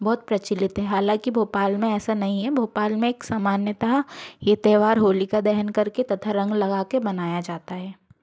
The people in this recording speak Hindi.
बहुत प्रचलित है हालाँकि भोपाल में ऐसा नहीं है भोपाल में एक समान्यतः ये त्यौहार होलिका दहन करके तथा रंग लगा के मनाया जाता है